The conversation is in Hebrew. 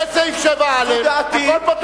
יש סעיף 7א. זו עמדתי.